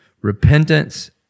repentance